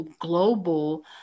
global